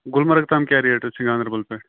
گُلمَرَگ تام کیٛاہ ریٹ حظ چھِ گانٛدَربَل پٮ۪ٹھ